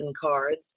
cards